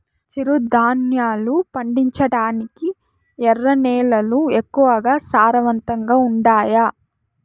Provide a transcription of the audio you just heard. చిరుధాన్యాలు పండించటానికి ఎర్ర నేలలు ఎక్కువగా సారవంతంగా ఉండాయా